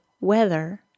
weather